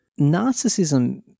Narcissism